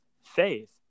Faith